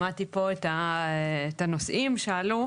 שמעתי פה את הנושאים שעלו.